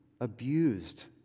abused